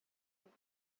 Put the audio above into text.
with